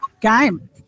game